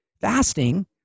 fasting